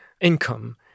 income